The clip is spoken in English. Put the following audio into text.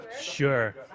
Sure